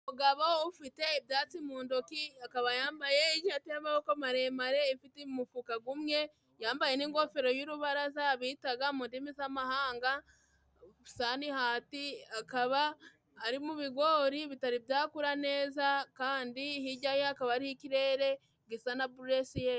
Umugabo ufite ibyatsi mu ndoki, akaba yambaye ishati y'amaboko maremare, ifite umufuka gumwe. Yambaye n'ingofero y'urubaraza bitaga mu ndimi z'amahanga "sanihati". Akaba ari mu bigori bitari byakura neza, kandi hirya yaho hakaba hariho ikirere gisa na buresiyeri.